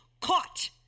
caught